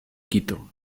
quito